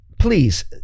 Please